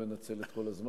לא אנצל את כל הזמן.